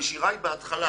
הנשירה היא בהתחלה,